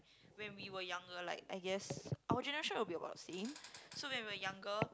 when we were younger like I guess our generation will be about the same so when we younger